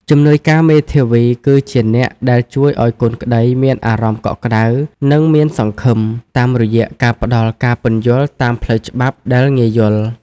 ជំនួយការមេធាវីគឺជាអ្នកដែលជួយឱ្យកូនក្តីមានអារម្មណ៍កក់ក្តៅ និងមានសង្ឃឹម តាមរយៈការផ្តល់ការពន្យល់តាមផ្លូវច្បាប់ដែលងាយយល់។